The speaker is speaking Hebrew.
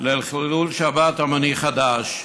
לחילול שבת המוני חדש,